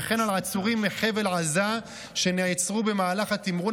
וכן על עצורים מחבל עזה שנעצרו במהלך התמרון